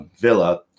Villa